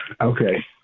Okay